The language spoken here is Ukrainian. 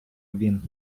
він